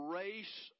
race